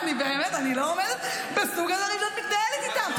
אני באמת לא עומדת בסוג הדברים האלה שאת מתנהלת איתם.